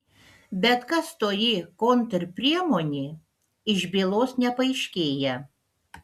bet kas toji kontrpriemonė iš bylos nepaaiškėja